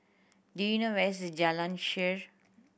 do you know where is Jalan Shaer